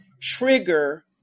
trigger